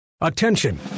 Attention